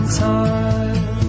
time